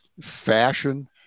fashion